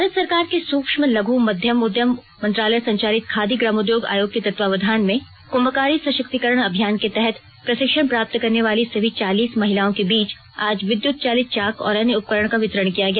भारत सरकार के सूक्ष्म लघु मध्यम उद्यम मंत्रालय संचालित खादी ग्रामोद्योग आयोग के तत्वावधान में कुम्भकारी सशक्तिकरण अभियान के तहत प्रशिक्षण प्राप्त करने वाली सभी चालीस महिलाओं के बीच आज विद्युत चालित चाक और अन्य उपकरण का वितरण किया गया